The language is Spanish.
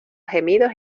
gemidos